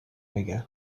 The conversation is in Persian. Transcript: بگم